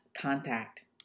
contact